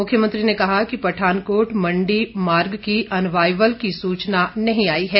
मुख्यमंत्री ने कहा कि पठानकोट मंडी मार्ग की अनवाइवल की सूचना नहीं आई है